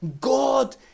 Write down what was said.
God